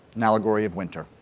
an allegory of winter.